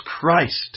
Christ